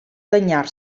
danyar